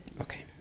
Okay